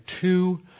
two